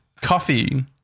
Coffee